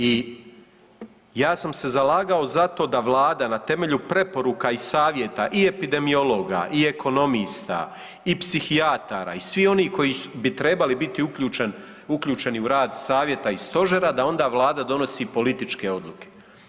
I ja sam se zalagao za to da Vlada na temelju preporuka i savjeta i epidemiologa i ekonomista i psihijatara i svih onih koji bi trebali biti uključeni u rad Savjeta i Stožera, da onda Vlada donosi političke odluke.